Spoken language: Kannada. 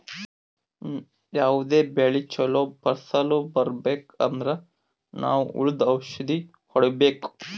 ಯಾವದೇ ಬೆಳಿ ಚೊಲೋ ಫಸಲ್ ಬರ್ಬೆಕ್ ಅಂದ್ರ ನಾವ್ ಹುಳ್ದು ಔಷಧ್ ಹೊಡಿಬೇಕು